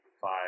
five